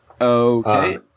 Okay